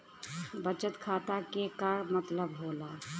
बचत खाता के का मतलब होला?